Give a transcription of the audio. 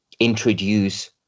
introduce